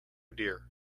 dear